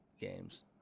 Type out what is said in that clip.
games